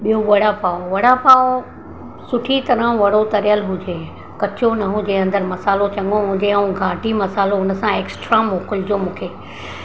ॿियो वड़ा पाओ वड़ा पाओ सुठी तरह वड़ो तरियल हुजे कचो न हुजे अंदरि मसाल्हो चङो हुजे ऐं घाटी मसाल्हो हुन सां ऐक्स्ट्रा मोकिलिजो मूंखे